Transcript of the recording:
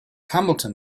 hamilton